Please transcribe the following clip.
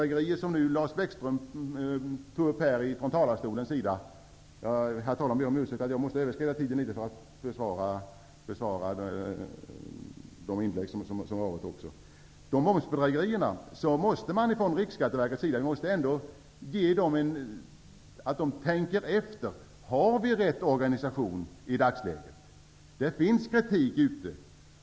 Jag ber om ursäkt för att jag måste överskrida tiden för att kunna bemöta de tidigare inläggen. Lars Bäckström tog upp detta med momsbedrägerier. Från Riksskatteverkets sida måste man tänka efter om man i dagsläget har rätt organisation. Det förekommer kritik.